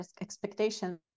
expectations